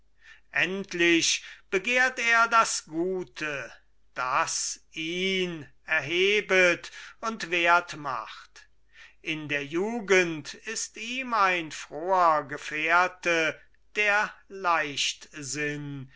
endlich begehrt er das gute das ihn erhebet und wert macht in der jugend ist ihm ein froher gefährte der